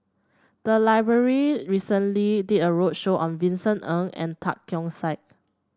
the library recently did a roadshow on Vincent Ng and Tan Keong Saik